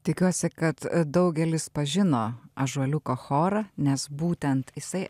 tikiuosi kad daugelis pažino ąžuoliuko chorą nes būtent jisai